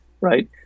right